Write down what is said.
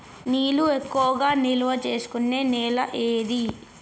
నీళ్లు ఎక్కువగా నిల్వ చేసుకునే నేల ఏది?